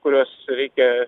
kuriuos reikia